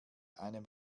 einem